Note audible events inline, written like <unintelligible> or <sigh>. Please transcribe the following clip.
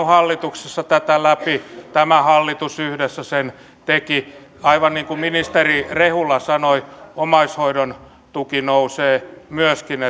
saaneet hallituksessa tätä läpi tämä hallitus yhdessä sen teki aivan niin kuin ministeri rehula sanoi omaishoidon tuki nousee myöskin <unintelligible>